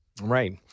right